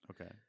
Okay